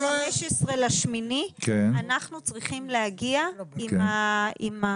ה-15 לאוגוסט אנחנו צריכים להגיע עם ההתחייבות.